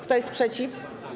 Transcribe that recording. Kto jest przeciw?